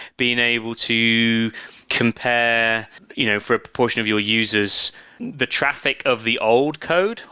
being able to compare you know for a proportion of your users the traffic of the old code?